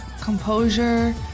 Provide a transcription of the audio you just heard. composure